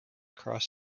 cross